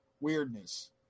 weirdness